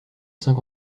saint